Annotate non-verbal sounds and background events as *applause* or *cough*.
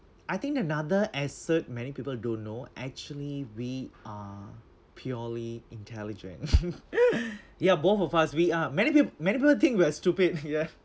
I think another asset many people don't know actually we are purely intelligent *laughs* ya both of us we are many peop~ many people think we are stupid ya